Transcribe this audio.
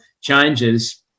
changes